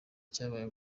cyabaye